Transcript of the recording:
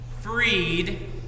freed